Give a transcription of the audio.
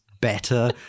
better